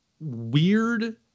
weird